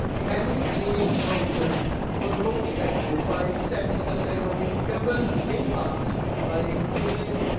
many leave voters were motivated by a sense that they were being governed in part by a failing,